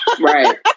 Right